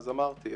אמרתי.